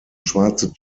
schwarze